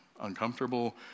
uncomfortable